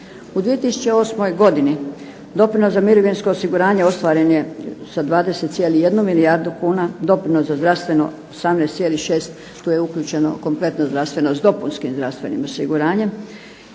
U 2008. godini doprinos za mirovinsko osiguranje ostvaren je sa 20,1 milijardu kuna, doprinos za zdravstveno 18,6, tu je uključeno kompletno zdravstveno s dopunskim zdravstvenim osiguranjem,